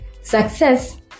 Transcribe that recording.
Success